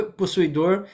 possuidor